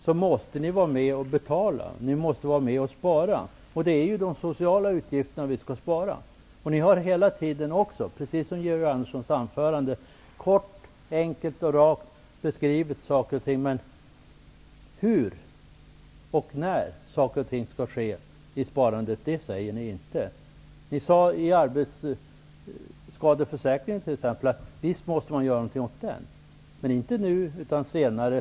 Ni måste vara med och betala. Ni måste vara med och spara. Och det är ju de sociala avgifterna vi skall spara på. Ni har, precis som Georg Andersson i sitt anförande, hela tiden bekrivit saker och ting kort, rakt och enkelt. Men hur och när sakerna skall ske, det säger ni inte. Om arbetskadeförsäkringen sade ni: Visst måste man göra något åt den, men inte nu utan senare.